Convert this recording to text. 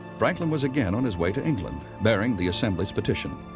franklin was again on his way to england, bearing the assembly's petition.